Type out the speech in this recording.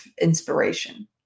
inspiration